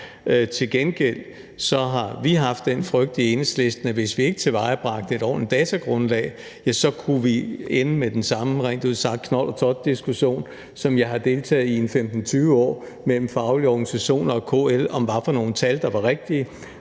Til gengæld har vi haft den frygt i Enhedslisten, at hvis vi ikke tilvejebragte et ordentligt datagrundlag, kunne vi ende med den samme rent ud sagt knold og tot-diskussion, som jeg har deltaget i 15-20 år, mellem faglige organisationer og KL om, hvilke tal der var rigtige.